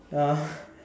uh